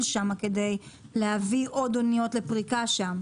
שם כדי להביא עוד אניות לפריקה שם?